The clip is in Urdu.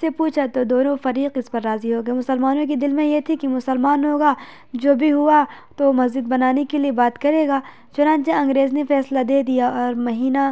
سے پوچھا تو دونوں فریق اس پر راضی ہو گئے مسلمانوں کے دل میں یہ تھی کہ مسلمان ہوگا جو بھی ہوا تو مسجد بنانے کے لیے بات کرے گا چنانچہ انگریز نے فیصلہ دے دیا اور مہینہ